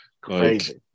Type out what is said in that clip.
Crazy